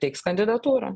teiks kandidatūrą